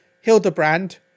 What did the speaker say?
Hildebrand